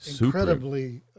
incredibly